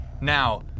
Now